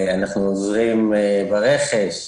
אנחנו עוזרים ברכש.